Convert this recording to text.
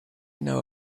know